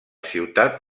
ciutat